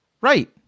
Right